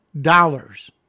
Dollars